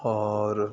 اور